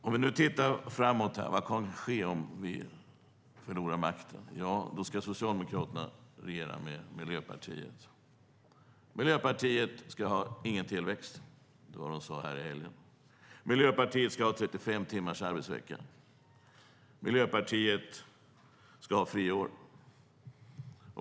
Om vi nu tittar framåt: Vad kommer att ske om vi förlorar makten? Då ska Socialdemokraterna regera med Miljöpartiet. Miljöpartiet ska inte ha någon tillväxt; det var det de sade här i helgen. Miljöpartiet ska ha 35 timmars arbetsvecka. Miljöpartiet ska ha friår.